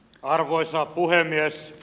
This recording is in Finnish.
arvoisa puhemies